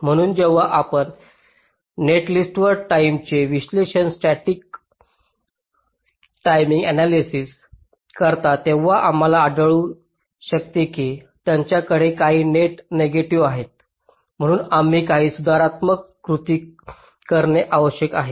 म्हणून जेव्हा आपण नेटिलिस्टवर टाईमचे विश्लेषण स्टॅटिक टाईमिंग आण्यालायसिस करता तेव्हा आम्हाला आढळू शकते की त्यांच्याकडे काही नेट नेगेटिव्ह आहेत म्हणून काही सुधारात्मक कृती करणे आवश्यक आहे